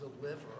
deliver